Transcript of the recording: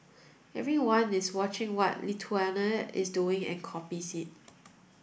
everyone is watching what Lithuania is doing and copies it